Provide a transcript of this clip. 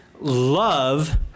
love